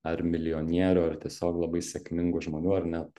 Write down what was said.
ar milijonierių ar tiesiog labai sėkmingų žmonių ar net